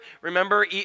Remember